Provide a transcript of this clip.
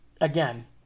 again